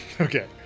Okay